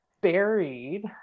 buried